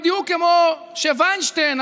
בדיוק כמו שוינשטיין,